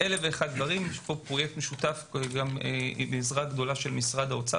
זה פרויקט משותף ויש עזרה גדולה ממשרד האוצר